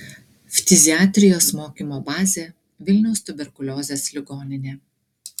ftiziatrijos mokymo bazė vilniaus tuberkuliozės ligoninė